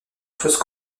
fausse